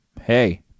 hey